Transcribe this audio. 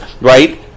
right